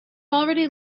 already